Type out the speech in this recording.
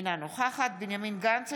אינה נוכחת בנימין גנץ,